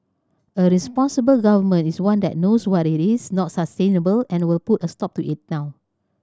a responsible Government is one that knows what is not sustainable and will put a stop to it now